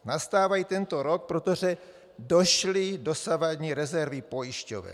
Nastávají tento rok, protože došly dosavadní rezervy pojišťoven.